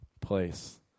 place